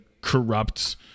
corrupt